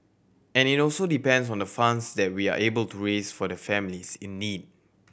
and it also depends on the funds that we are able to raise for the families in need